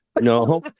no